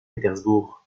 pétersbourg